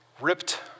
ripped